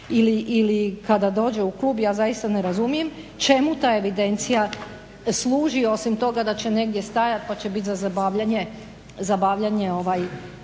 ili kada dođe u klub? Ja zaista ne razumijem. Čemu ta evidencija služi osim toga da će negdje stajati pa će biti za zabavljanje